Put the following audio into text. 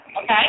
okay